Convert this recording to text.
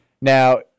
Now